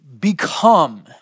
become